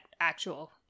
actual